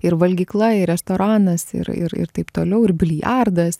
ir valgykla ir restoranas ir ir ir taip toliau ir biliardas